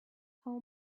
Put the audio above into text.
how